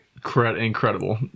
Incredible